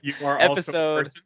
episode